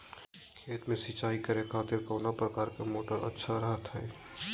खेत में सिंचाई करे खातिर कौन प्रकार के मोटर अच्छा रहता हय?